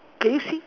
can you see